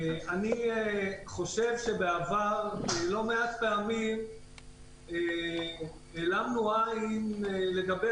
אני חושב שבעבר לא מעט פעמים העלמנו עין לגבי